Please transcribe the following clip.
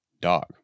dog